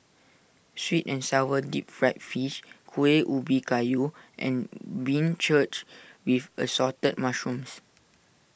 Sweet and Sour Deep Fried Fish Kueh Ubi Kayu and Beancurd with Assorted Mushrooms